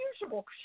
usual